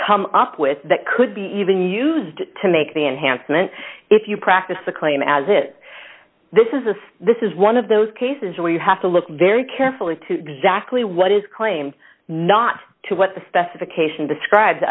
come up with that could be even used to make the enhancement if you practice a claim as it this is a this is one of those cases where you have to look very carefully to jackley what is claimed not to what the specification describes